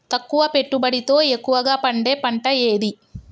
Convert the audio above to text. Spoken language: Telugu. తక్కువ పెట్టుబడితో ఎక్కువగా పండే పంట ఏది?